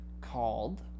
called